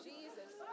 Jesus